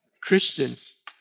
Christians